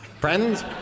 Friends